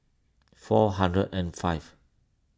four hundred and five